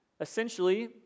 Essentially